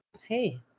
Hey